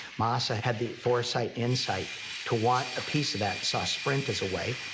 masa had the foresight insight to want a piece of that and saw sprint as a way,